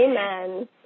Amen